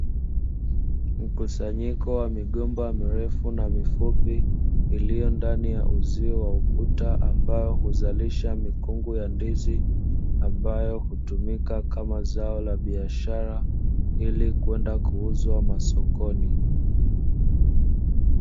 Mkusanyiko wa migomba mirefu na mifupi iliyo ndani ya uzio wa ukuta,